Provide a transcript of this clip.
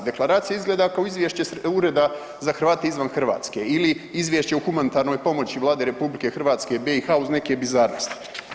Deklaracija izgleda kao izvješće ureda za Hrvate izvan Hrvatske ili izvješće o humanitarnoj pomoći Vlade RH i BiH uz neke bizarnosti.